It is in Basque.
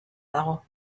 dago